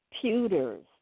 computers